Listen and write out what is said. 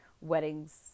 Weddings